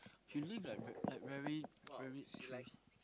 she live like very like very very